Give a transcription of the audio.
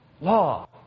law